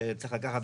שצריך לקחת בחשבון.